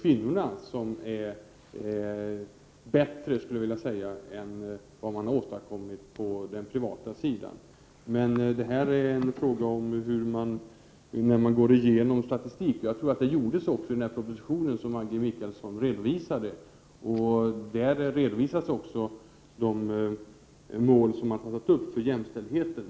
Den är bättre, skulle jag vilja säga, än vad man har åstadkommit på den privata sidan. Det här är ju en fråga om hur man tolkar statistik. Jag vill minnas att det görs en genomgång av statistiken i den proposition som Maggi Mikaelsson hänvisar till. Där redovisas också de mål som man har satt upp för jämställdheten.